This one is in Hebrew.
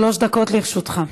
שלוש דקות לרשותך.